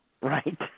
Right